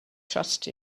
trust